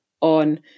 on